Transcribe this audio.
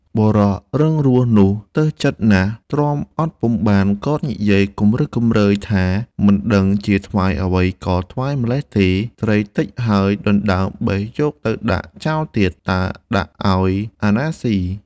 បុរសរឹងរូសនោះទើសចិត្តណាស់ ទ្រាំអត់ពុំបាន ក៏និយាយគំរោះគំរើយថា "មិនដឹងជាថ្វាយអ្វីក៏ថ្វាយម្ល៉េះទេ! ត្រីតិចហើយដណ្តើមបេះយកទៅដាក់ចោលទៀត តើដាក់ឲ្យអាណាស៊ី!"។